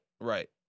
Right